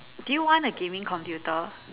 do you want a gaming computer